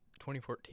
2014